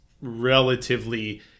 relatively